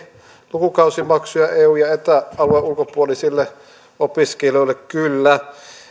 lukukausimaksuja eu ja eta alueen ulkopuolisille opiskelijoille kyllä